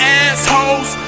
assholes